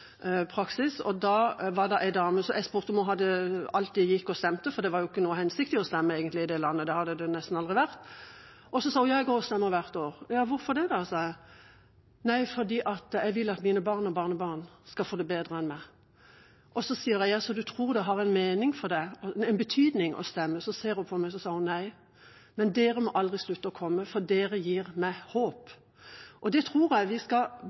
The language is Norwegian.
valgobservatørpraksis. Da var det en dame som jeg spurte om alltid gikk og stemte – det var egentlig ikke noen hensikt å stemme i det landet, det hadde det nesten aldri vært – og da sa hun: Ja, jeg går og stemmer hvert år. Hvorfor det, sa jeg. Fordi jeg vil at mine barn og barnebarn skal få det bedre enn meg, sa hun Da sa jeg: Så du tror det har en betydning å stemme? Da så hun på meg, og så sa hun: Nei, men dere må aldri slutte å komme, for dere gir meg håp. Jeg tror vi skal